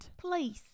Please